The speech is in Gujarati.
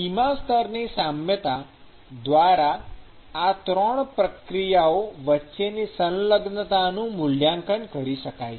સીમાસ્તરની સામ્યતા દ્વારા આ 3 પ્રક્રિયાઓ વચ્ચેની સંલગ્નતાનું મૂલ્યાંકન કરી શકાય છે